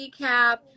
recap